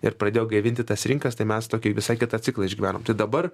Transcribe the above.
ir pradėjo gaivinti tas rinkas tai mes tokį visai kitą ciklą išgyvenom tai dabar